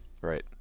Right